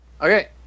Okay